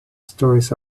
stories